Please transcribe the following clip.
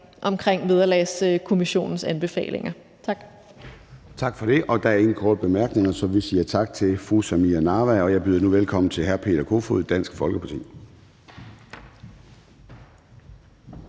omkring Vederlagskommissionens anbefalinger. Tak. Kl. 13:40 Formanden (Søren Gade): Tak for det. Der er ingen korte bemærkninger, så vi siger tak til fru Samira Nawa. Jeg byder nu velkommen til hr. Peter Kofod, Dansk Folkeparti.